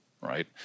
right